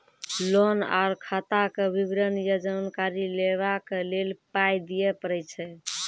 Loan आर खाताक विवरण या जानकारी लेबाक लेल पाय दिये पड़ै छै?